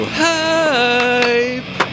hype